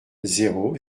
zéro